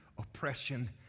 oppression